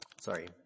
Sorry